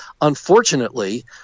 Unfortunately